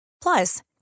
Plus